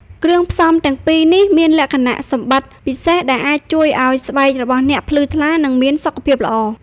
គ្រឿងផ្សំទាំងពីរនេះមានលក្ខណៈសម្បត្តិពិសេសដែលអាចជួយឲ្យស្បែករបស់អ្នកភ្លឺថ្លា និងមានសុខភាពល្អ។